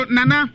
Nana